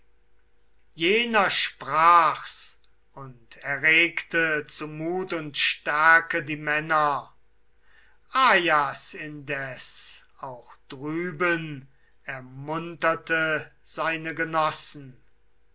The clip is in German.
jener sprach's und erregte zu mut und stärke die männer ajas indes auch drüben ermunterte seine genossen